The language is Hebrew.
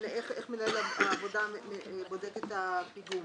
לאיך מנהל העבודה בודק שהפיגום